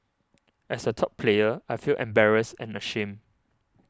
as a top player I feel embarrassed and ashamed